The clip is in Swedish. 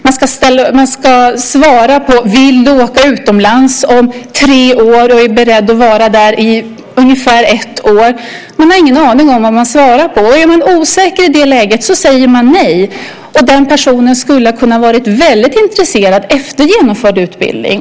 Man ska svara på frågan om man vill åka utomlands om tre år och om man är beredd att vara där i ungefär ett år. Man har ingen aning om vad man svarar på. Är man i det läget osäker säger man nej. Men den personen skulle kanske vara väldigt intresserad efter genomförd utbildning.